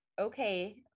Okay